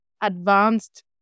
advanced